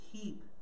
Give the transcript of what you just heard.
keep